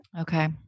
Okay